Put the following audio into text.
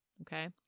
Okay